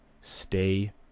Stay